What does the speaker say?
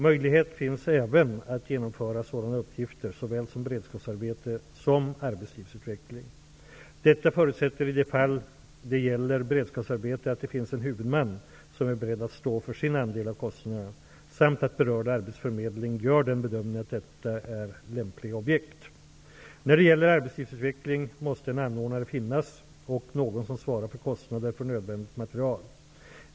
Möjlighet finns även att sådana uppgifter genomförs såväl som beredskapsarbete som arbetslivsutveckling. Detta förutsätter i de fall det gäller beredskapsarbete att det finns en huvudman som är beredd att stå för sin andel av kostnaderna samt att berörd arbetsförmedling gör den bedömningen att detta är lämpliga objekt. När det gäller arbetslivsutveckling måste en anordnare finnas och någon som svarar för kostnader för nödvändigt material.